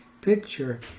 picture